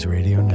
Radio